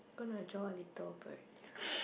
gonna draw a little bird here